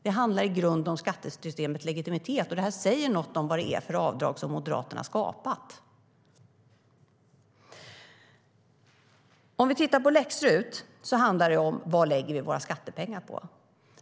Det handlar i grunden om skattesystemets legitimitet, och det säger något om vad det är för avdrag som Moderaterna har skapat. Låt oss titta på läx-RUT. Frågan handlar om vad vi lägger våra skattepengar på.